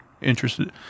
interested